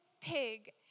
pig